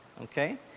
okay